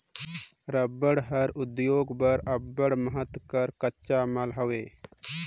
रबड़ हर उद्योग बर अब्बड़ महत कर कच्चा माल हवे